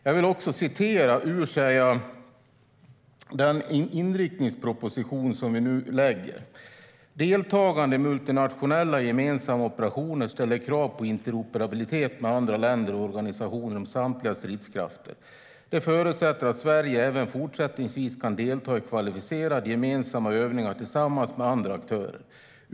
Jag vill också läsa ur den inriktningsproposition vi nu lägger fram: Deltagande i multinationella gemensamma operationer ställer krav på interoperabilitet med andra länder och organisationer inom samtliga stridskrafter. Det förutsätter att Sverige även fortsättningsvis kan delta i kvalificerade gemensamma övningar tillsammans med andra aktörer.